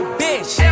bitch